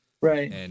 Right